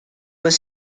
was